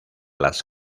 las